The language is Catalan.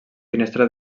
finestra